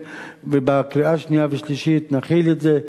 ובקריאה השנייה והשלישית נחיל את זה,